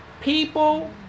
People